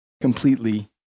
completely